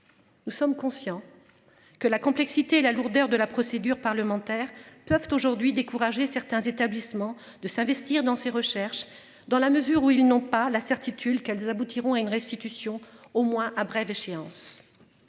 Nous sommes conscients. Que la complexité et la lourdeur de la procédure parlementaire peuvent aujourd'hui découragé certains établissements de s'investir dans ses recherches dans la mesure où ils n'ont pas la certitude qu'elles aboutiront à une restitution au moins à brève échéance.